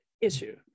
issue